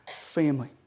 family